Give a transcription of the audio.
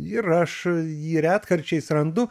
ir aš jį retkarčiais randu